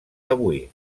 avui